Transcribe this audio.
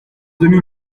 demi